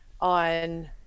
on